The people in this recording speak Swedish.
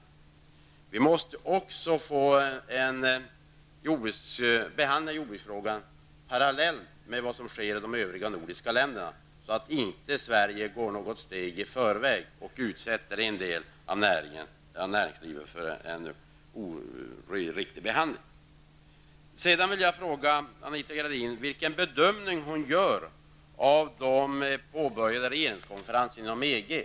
Jordbruksfrågan måste hos oss behandlas parallellt med vad som sker i de övriga nordiska länderna, så att Sverige inte går i förväg och utsätter en del av näringslivet för en oriktig behandling. Sedan vill jag fråga Anita Gradin vilken bedömning hon gör av de påbörjade regeringskonferenserna om EG.